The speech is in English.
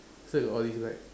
still got all this back